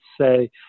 say